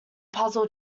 puzzled